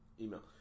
Email